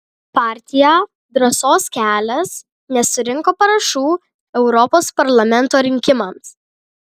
partija drąsos kelias nesurinko parašų europos parlamento rinkimams